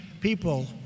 people